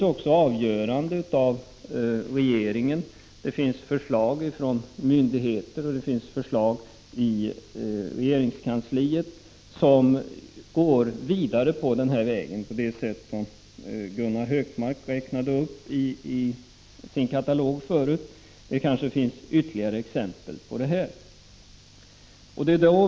Det finns avgöranden av regeringen, förslag från myndigheter och förslag i regeringens kansli som går vidare på den här vägen på det sätt som Gunnar Hökmark nyss redovisade i sin ”katalog”. Det kanske finns ytterligare exempel.